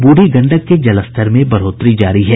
ब्रुढ़ी गंडक के जलस्तर में बढ़ोतरी जारी है